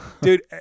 Dude